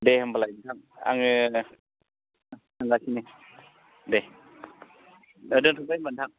दे होमब्लालाय नोंथां आङो थांगासिनो दे दे दोन्थ'सै होनब्ला नोंथां